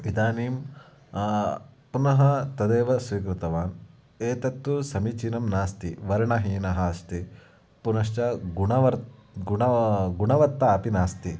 इदानीं पुनः तदेव स्वीकृतवान् एतत्तु समीचीनं नास्ति वर्णहीनः अस्ति पुनश्च गुणवत्ता गुणः गुणवत्ता अपि नास्ति